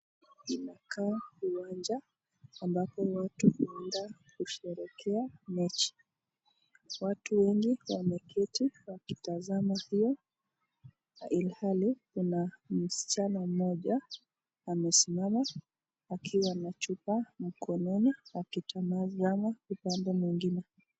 Inakaa uwanja ambapo watu huenda kusherehekea mechi. Watu wengi wameketii wakitazama hiyo. Ilhali kuna msichana mmoja amesimama akiwa na chupa mkononi akitazama upande mwingine.